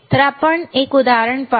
तर आपण एक उदाहरण पाहू